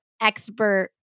expert